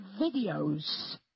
videos